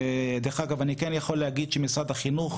דרך אגב אני יכול להגיד שמשרד החינוך